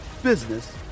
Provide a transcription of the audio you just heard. business